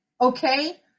Okay